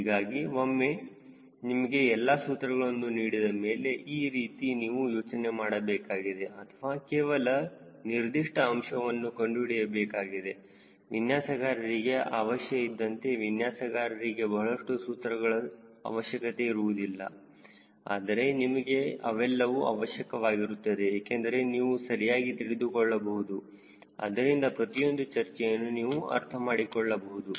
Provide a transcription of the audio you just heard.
ಹೀಗಾಗಿ ಒಮ್ಮೆ ನಿಮಗೆ ಎಲ್ಲಾ ಸೂತ್ರಗಳನ್ನು ನೀಡಿದಮೇಲೆ ಈ ರೀತಿ ನೀವು ಯೋಚನೆ ಮಾಡಬೇಕಾಗಿದೆ ಅಥವಾ ಕೇವಲ ನಿರ್ದಿಷ್ಟ ಅಂಶವನ್ನು ಕಂಡುಹಿಡಿಯಬೇಕಾಗಿದೆ ವಿನ್ಯಾಸಗಾರರಿಗೆ ಅವಶ್ಯಕ ಇದ್ದಂತಹ ವಿನ್ಯಾಸಕಾರರಿಗೆ ಬಹಳಷ್ಟು ಸೂತ್ರಗಳ ಅವಶ್ಯಕತೆ ಇರುವುದಿಲ್ಲ ಆದರೆ ನಿಮಗೆ ಅವೆಲ್ಲವೂ ಅವಶ್ಯಕವಾಗಿರುತ್ತದೆ ಏಕೆಂದರೆ ನೀವು ಸರಿಯಾಗಿ ತಿಳಿದುಕೊಳ್ಳಬಹುದು ಅದರಿಂದ ಪ್ರತಿಯೊಂದು ಚರ್ಚೆಯನ್ನು ನೀವು ಅರ್ಥಮಾಡಿಕೊಳ್ಳಬಹುದು